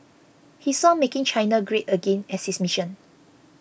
he saw making China great again as his mission